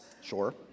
Sure